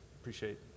Appreciate